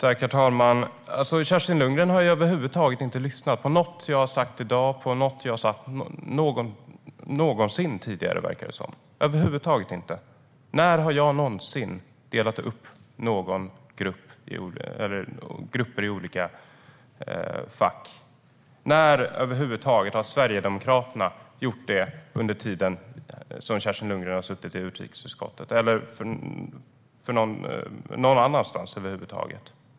Herr talman! Kerstin Lundgren har över huvud taget inte lyssnat på något jag sagt i dag - eller någonsin tidigare, verkar det som. När har jag någonsin delat upp grupper i olika fack? När har Sverigedemokraterna gjort det under tiden som Kerstin Lundgren har suttit i utrikesutskottet eller över huvud taget?